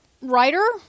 writer